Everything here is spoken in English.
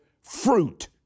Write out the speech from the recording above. fruit